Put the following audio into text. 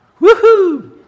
Woohoo